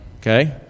Okay